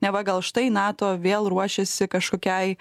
neva gal štai nato vėl ruošiasi kažkokiai